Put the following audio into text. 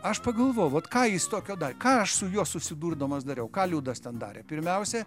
aš pagalvojau vat ką jis tokio ką aš su juo susidurdamas dariau ką liudas ten darė pirmiausia